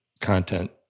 content